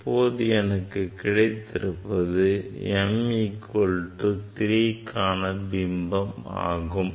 இப்போது எனக்கு கிடைத்திருப்பது m equal to 3க்கான பிம்பம் ஆகும்